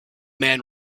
man